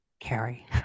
Carrie